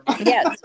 yes